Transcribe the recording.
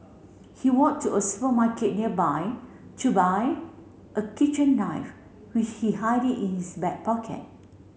he walked to a supermarket nearby to buy a kitchen knife which he hide it in his back pocket